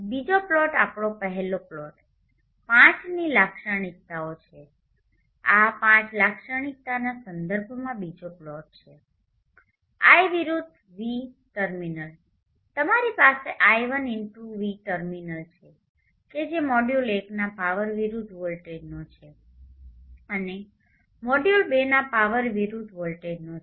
બીજો પ્લોટઆપણો પહેલો પ્લોટ IV ની લાક્ષણિકતાઓનો છે આ IV લાક્ષણિકતાના સંદર્ભમાં બીજો પ્લોટ છે I વિરુધ્ધ V ટર્મિનલ તમારી પાસે I1V ટર્મિનલ છે કે જે મોડ્યુલ ૧ ના પાવર વિરુદ્ધ વોલ્ટેજનો છે અને મોડ્યુલ ૨ ના પાવર વિરુદ્ધ વોલ્ટેજનો છે